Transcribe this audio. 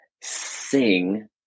sing